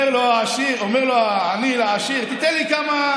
אומר לו העני לעשיר: תיתן לי כמה,